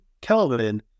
Kelvin